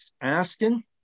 asking